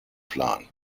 plan